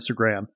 Instagram